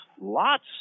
lots